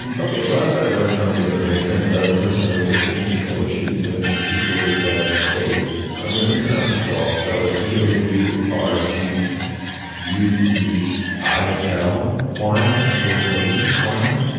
and ok. so i was at a restaurant the other night and the person i was with seemed to know what she was doing. and she ordered a i'm going to mispronounce it, so i'll spell it b o u r g u e i l won a borghi one.